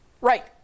Right